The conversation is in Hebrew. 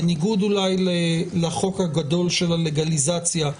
בניגוד אולי לחוק הגדול של הלגליזציה.